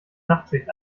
nachtschicht